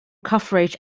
coverage